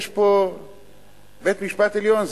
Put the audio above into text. יש פה בית-משפט עליון.